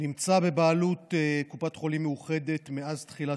נמצא בבעלות קופת חולים מאוחדת מאז תחילת